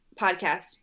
podcast